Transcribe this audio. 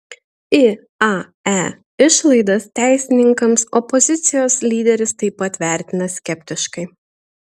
iae išlaidas teisininkams opozicijos lyderis taip pat vertina skeptiškai